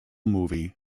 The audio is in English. movie